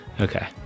Okay